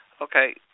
Okay